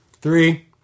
three